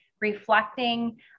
reflecting